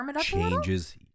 changes